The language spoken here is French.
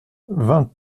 vingt